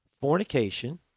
fornication